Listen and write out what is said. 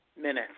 minutes